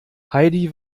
heidi